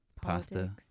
pasta